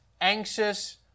anxious